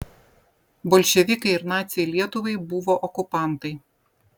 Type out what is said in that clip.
bolševikai ir naciai lietuvai buvo okupantai